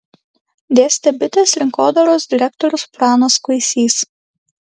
dėstė bitės rinkodaros direktorius pranas kuisys